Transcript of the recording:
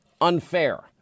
unfair